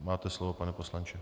Máte slovo, pane poslanče.